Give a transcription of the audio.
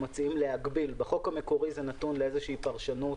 בחוק המקורי זה נתון לפרשנות,